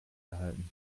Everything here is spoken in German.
erhalten